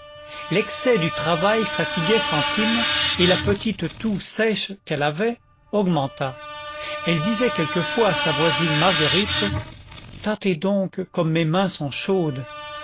l'excès du travail fatiguait fantine et la petite toux sèche qu'elle avait augmenta elle disait quelquefois à sa voisine marguerite tâtez donc comme mes mains sont chaudes